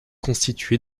constitué